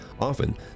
Often